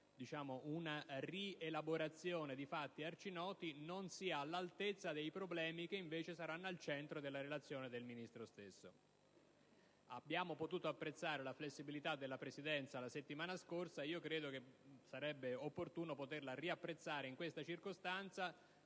sì e no una rielaborazione di fatti arcinoti non sia all'altezza dei problemi che invece saranno al centro della relazione del Ministro stesso. Abbiamo potuto apprezzare la flessibilità della Presidenza la settimana scorsa. Credo che sarebbe opportuno poterla apprezzare di nuovo in questa circostanza,